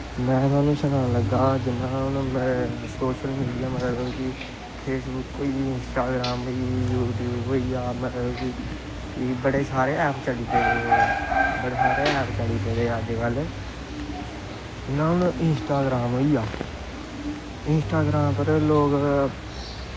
में तुसेंगी सनान लगा जि'यां सोशल मीडिया मतलब कि फेसबुक होई गेई इंस्टाग्राम होई गेई युटयुब डबदहूहवा़ होई गेआ मतलब कि बड़े सारे ऐप चली पेदे बड़े सारे ऐप चली पेदे अजकल्ल जि'यां हून इंस्टाग्राम होई गेआ इंस्टाग्राम पर लोग